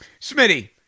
Smitty